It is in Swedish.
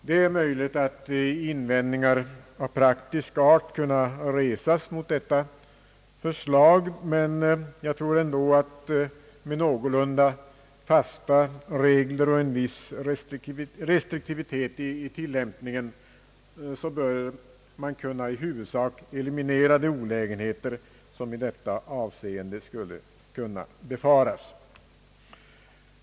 Det är möjligt att invändningar av praktisk art kan resas mot detta förslag, men jag tror ändå att man med någorlunda fasta regler och en viss restriktivitet i tillämpningen bör kunna i huvudsak eliminera de olägenheter som: i 'detta avseende skulle kunna befaras.